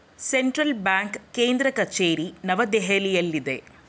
central bank ಕೇಂದ್ರ ಕಚೇರಿ ನವದೆಹಲಿಯಲ್ಲಿದೆ